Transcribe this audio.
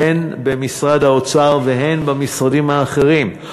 הן במשרד האוצר והן במשרדים האחרים,